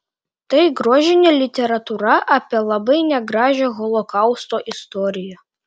tai grožinė literatūra apie labai negražią holokausto istoriją